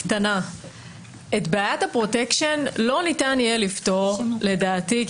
את בעיית הפרוטקשן לא ניתן יהיה לפתור, לדעתי,